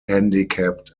handicapped